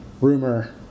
rumor